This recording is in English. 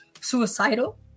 suicidal